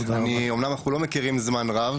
אומנם אנחנו לא מכירים זמן רב,